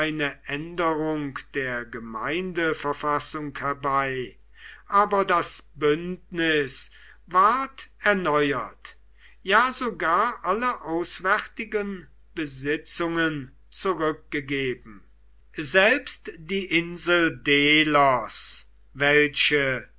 änderung der gemeindeverfassung herbei aber das bündnis ward erneuert ja sogar alle auswärtigen besitzungen zurückgegeben selbst die insel delos welche